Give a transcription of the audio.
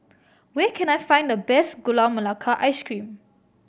where can I find the best Gula Melaka Ice Cream